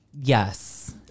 Yes